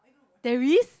there is